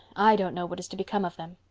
i don't know what is to become of them.